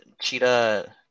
Cheetah